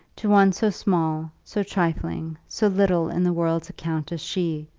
to one so small, so trifling, so little in the world's account as she,